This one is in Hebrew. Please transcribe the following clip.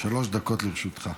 שלוש דקות לרשותך.